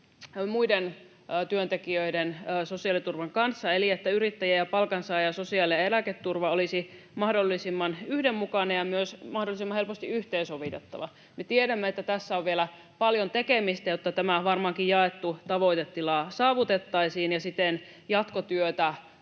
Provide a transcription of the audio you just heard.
muiden työntekijöiden sosiaaliturvan kanssa, eli että yrittäjien ja palkansaajien sosiaali- ja eläketurva olisi mahdollisimman yhdenmukainen ja myös mahdollisimman helposti yhteensovitettava. Me tiedämme, että tässä on vielä paljon tekemistä, jotta tämä varmaankin jaettu tavoitetila saavutettaisiin, ja siten jatkotyötä